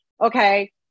Okay